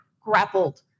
grappled